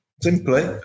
simply